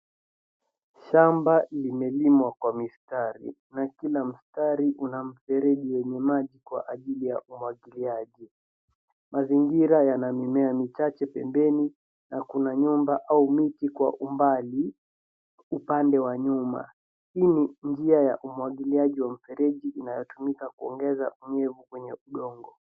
Shamba imelimwa kwa mistari na kila mstari una mfereji wenye maji kwa ajili ya umwagiliaji. Mazingira yana mimea michache pembeni na kuna nyumba au miti kwa umbali, wa nyuma. Hii ni njia ya umwagiliaji wa mfereji inayotumika kuongeza unyevu kwenye udongo.